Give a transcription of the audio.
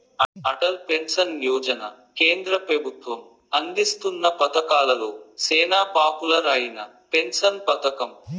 Atal pension Yojana కేంద్ర పెబుత్వం అందిస్తున్న పతకాలలో సేనా పాపులర్ అయిన పెన్సన్ పతకం